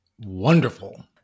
Wonderful